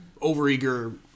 overeager